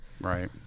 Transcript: Right